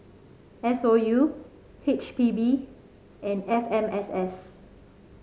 S O U H P B and F M S S